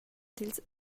dils